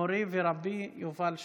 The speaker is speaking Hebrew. מורי ורבי יובל שטייניץ.